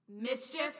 Mischief